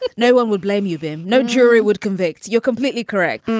no one would blame you then no jury would convict. you're completely correct.